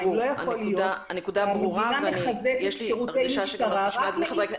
לא יכול להיות שהמדינה מחזקת שירותי משטרה רק --- ברור.